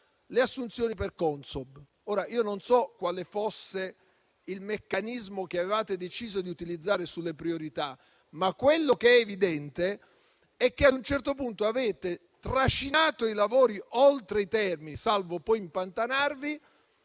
le assunzioni per Consob. Ora, signor Presidente, non so quale fosse il meccanismo che avevate deciso di utilizzare per stabilire le priorità, ma quello che è evidente è che ad un certo punto avete trascinato i lavori oltre i termini, salvo poi impantanarvi,